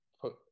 put